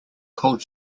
called